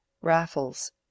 Raffles